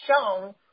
shown